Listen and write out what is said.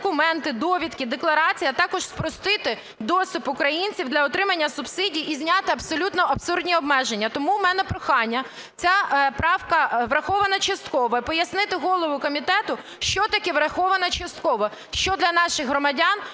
документи, довідки, декларації, а також спростити доступ українців для отримання субсидій і зняти абсолютно абсурдні обмеження. Тому в мене прохання. Ця правка врахована частково, пояснити голові комітету, що таке врахована частково, що для наших громадян